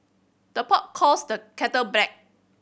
the pot calls the kettle black